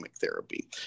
therapy